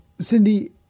Cindy